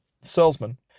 salesman